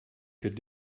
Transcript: could